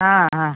ಹಾಂ ಹಾಂ